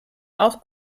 auch